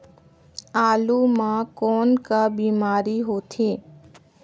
आलू म कौन का बीमारी होथे?